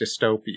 dystopia